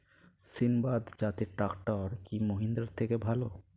সিণবাদ জাতের ট্রাকটার কি মহিন্দ্রার থেকে ভালো?